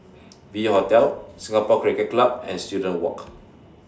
V Hotel Singapore Cricket Club and Student Walk